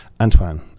Antoine